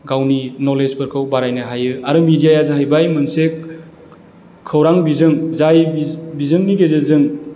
गावनि नलेजफोरखौ बारायनो हायो आरो मिडियाया जाहैबाय मोनसे खौरां बिजों जाय बिजोंनि गेजेरजों